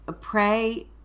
pray